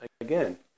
Again